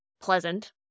pleasant